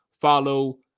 follow